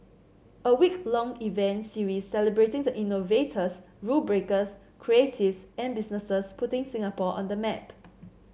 a week long event series celebrating the innovators rule breakers creatives and businesses putting Singapore on the map